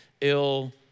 ill